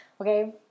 okay